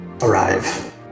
arrive